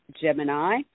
Gemini